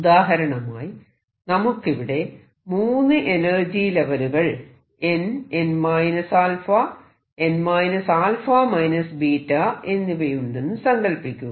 ഉദാഹരണമായി നമുക്കിവിടെ 3 എനർജി ലെവലുകൾ n n 𝜶 n 𝜶 ꞵ എന്നിവയുണ്ടെന്ന് സങ്കൽപ്പിക്കുക